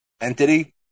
entity